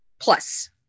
Plus